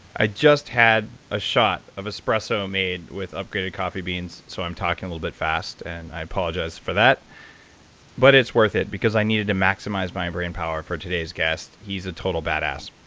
i just had a shot of expresso made with upgraded coffee beans so i am talking a little bit fast and i apologize for that but it's worth it because i needed to maximize my and brain power for today's guest. he is a total badass.